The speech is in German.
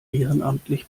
ehrenamtlich